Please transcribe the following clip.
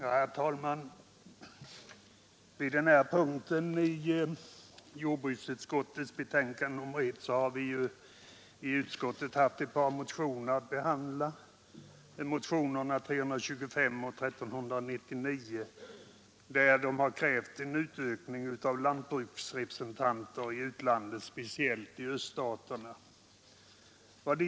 Herr talman! Vid denna punkt i jordbruksutskottets betänkande nr 1 har vi haft att behandla ett par motioner, nämligen 325 och 1399, i vilka krävs utökning av antalet lantbruksrepresentanter i utlandet, speciellt i öststaterna.